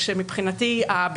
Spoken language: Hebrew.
מבחינתי,